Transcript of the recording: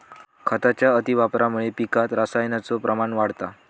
खताच्या अतिवापरामुळा पिकात रसायनाचो प्रमाण वाढता